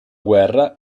guerra